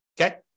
okay